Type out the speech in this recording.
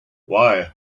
why